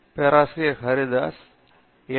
பேராசிரியர் பிரதாப் ஹரிதாஸ் எம்